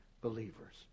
believers